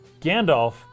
Gandalf